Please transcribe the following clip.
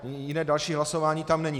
Jiné další hlasování tam není.